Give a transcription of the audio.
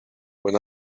when